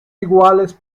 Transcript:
iguales